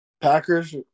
Packers